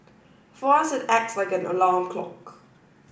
for us it acts like an alarm clock